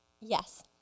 Yes